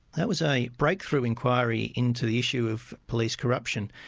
that was a breakthrough inquiry into the issue of police corruption.